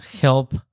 help